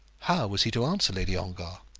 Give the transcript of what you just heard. how was he to answer lady ongar?